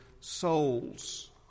souls